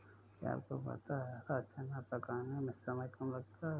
क्या आपको पता है हरा चना पकाने में समय कम लगता है?